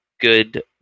good